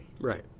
Right